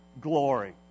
glory